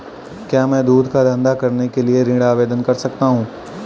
क्या मैं दूध का धंधा करने के लिए ऋण आवेदन कर सकता हूँ?